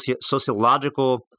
sociological